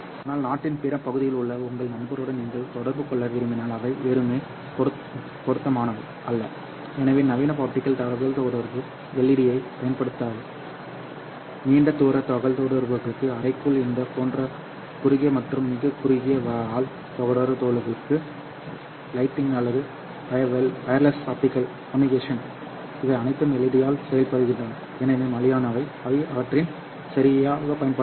ஆனால் நாட்டின் பிற பகுதியில் உள்ள உங்கள் நண்பருடன் நீங்கள் தொடர்பு கொள்ள விரும்பினால் அவை வெறுமனே பொருத்தமானவை அல்ல எனவே நவீன ஆப்டிகல் தகவல்தொடர்பு LED யைப் பயன்படுத்தாது நீண்ட தூர தகவல்தொடர்புகளுக்கு அறைக்குள் இது போன்ற குறுகிய மற்றும் மிகக் குறுகிய ஹால் தகவல்தொடர்புகளுக்கு லைட்டிங் அல்லது வயர்லெஸ் ஆப்டிகல் கம்யூனிகேஷன் இவை அனைத்தும் LED யால் செய்யப்படுகின்றன ஏனெனில் மலிவானவை அவை அவற்றின் சரி பயன்படுத்தப்படலாம்